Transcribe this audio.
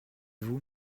vous